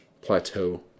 plateau